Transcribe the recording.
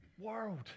world